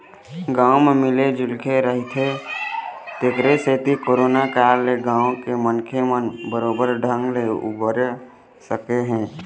गाँव म मिल जुलके रहिथे तेखरे सेती करोना काल ले गाँव के मनखे मन बरोबर ढंग ले उबर सके हे